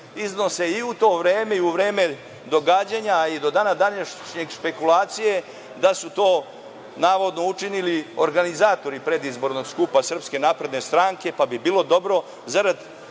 iznose i u to vreme i u vreme događanja i do dana današnjeg špekulacije da su to navodno učinili organizatori predizbornog skupa SNS, pa bi bilo dobro zarad